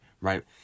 right